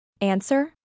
Answer